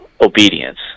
obedience